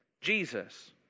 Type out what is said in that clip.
Jesus